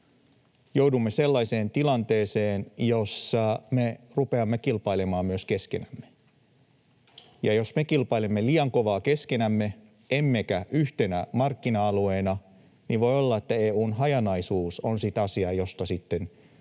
joudumme sellaiseen tilanteeseen, jossa me rupeamme kilpailemaan myös keskenämme. Ja jos me kilpailemme liian kovaa keskenämme emmekä yhtenä markkina-alueena, niin voi olla, että EU:n hajanaisuus on sitten asia, josta